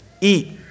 eat